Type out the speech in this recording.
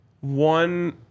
one